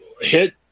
hit